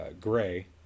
Gray